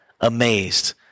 amazed